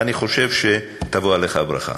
אני חושב שתבוא עליך הברכה.